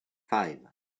five